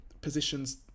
positions